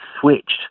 switched